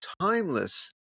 timeless